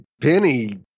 Penny